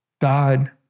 God